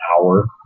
hour